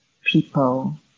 people